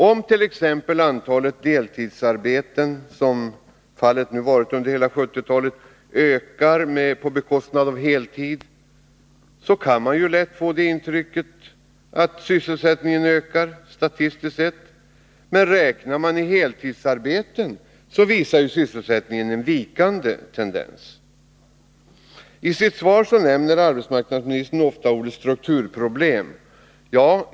Om t.ex. antalet deltidsarbeten — som fallet nu har varit under hela 1970-talet — ökar på bekostnad av antalet heltidsarbeten, kan man lätt få intrycket att sysselsätt Nr 80 ningen ökar statistiskt sett, men räknar man i heltidsarbeten visar sysselsätt Måndagen den ningen en vikande tendens. 15 februari 1982 I sitt svar nämner arbetsmarknadsministern ofta ordet ”strukturproblem”.